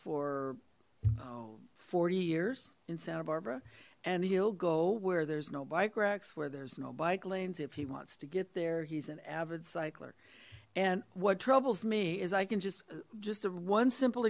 for forty years in santa barbara and he'll go where there's no bike racks where there's no bike lanes if he wants to get there he's an avid cyclic and what troubles me is i can just just a one simple